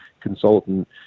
consultant